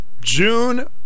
June